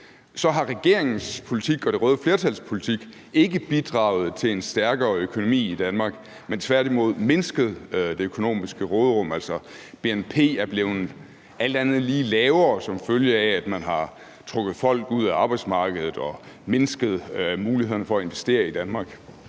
så har regeringens politik og det røde flertals politik ikke bidraget til en stærkere økonomi i Danmark, men tværtimod mindsket det økonomiske råderum. Altså, bnp er alt andet lige blevet lavere, som følge af at man har trukket folk ud af arbejdsmarkedet og mindsket mulighederne for at investere i Danmark.